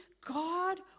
God